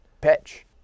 pitch